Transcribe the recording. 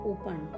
opened